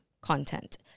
content